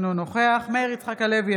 אינו נוכח מאיר יצחק הלוי,